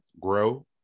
grow